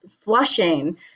flushing